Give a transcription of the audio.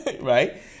right